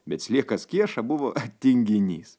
bet sliekas kieša buvo tinginys